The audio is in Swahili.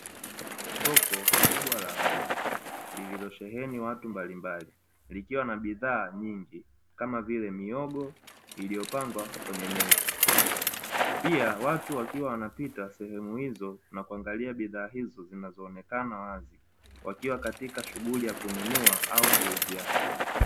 Soko kubwa la wazi, lilosheheni watu mbalimbali, likiwa na bidhaa nyingi, kama vile mihogo iliyopangwa kwenye meza, pia watu wakiwa wanapita sehemu hizo na kuangalia bidhaa hizo zinazoonekana wazi, wakiwa katika shughuli ya kununua au kuhusiana.